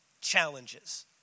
challenges